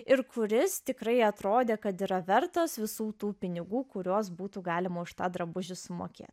ir kuris tikrai atrodė kad yra vertas visų tų pinigų kuriuos būtų galima už tą drabužių sumokėti